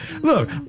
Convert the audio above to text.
Look